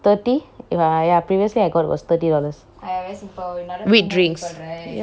thirty if I ya previously I got was thirty dollars with drinks